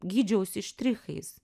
gydžiausi štrichais